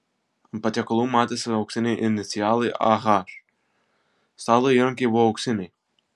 ant patiekalų matėsi auksiniai inicialai ah stalo įrankiai buvo auksiniai